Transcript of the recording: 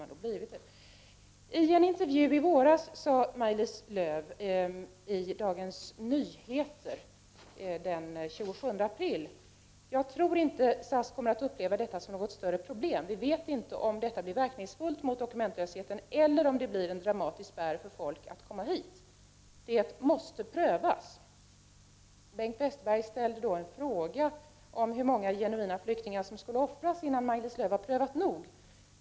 Maj-Lis Lööw sade i en intervjuv i våras den 27 april i Dagens Nyheter följande: ”Jag tror inte att SAS kommer att uppleva detta som något större problem. Vi vet inte om detta blir verkningsfullt mot dokumentlösheten eller om det blir en dramatisk spärr för folk att komma hit. Det måste prövas.” Bengt Westerberg ställde i debatten en fråga om hur många genuina flyktingar som skulle offras, innan Maj-Lis Lööw har prövat nog.